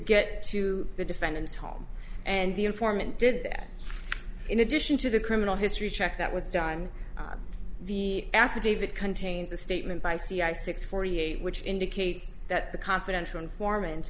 get to the defendant's home and the informant did that in addition to the criminal history check that was dime the affidavit contains a statement by c i six forty eight which indicates that the confidential informant